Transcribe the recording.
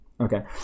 Okay